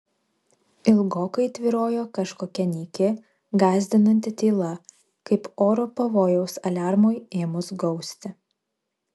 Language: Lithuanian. ilgokai tvyrojo kažkokia nyki gąsdinanti tyla kaip oro pavojaus aliarmui ėmus gausti